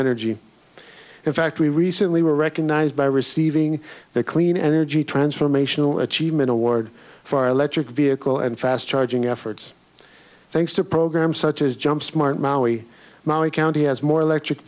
energy in fact we recently were recognized by receiving the clean energy transformational achievement award for our electric vehicle and fast charging efforts thanks to programs such as jump smart maui my county has more electric